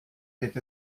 wird